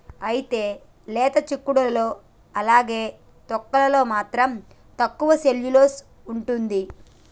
అయితే లేత సిక్కుడులో అలానే తొక్కలలో మాత్రం తక్కువ సెల్యులోస్ ఉంటుంది